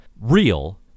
real